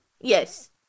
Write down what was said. Yes